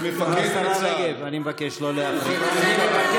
השרה רגב, אני מבקש לא להפריע.